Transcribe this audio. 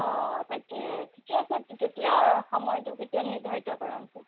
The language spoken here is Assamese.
অ তাকে ঠিকে আছে কেতিয়া সময়টো কেতিয়া নিৰ্ধাৰিত কৰা হৈছে